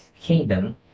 Kingdom